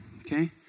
Okay